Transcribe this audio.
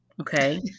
Okay